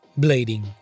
blading